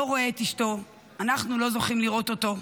לא רואה את אשתו, אנחנו לא זוכים לראות אותו,